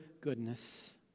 goodness